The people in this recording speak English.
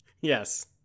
Yes